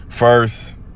first